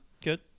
Good